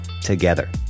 together